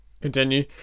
continue